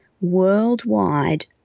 worldwide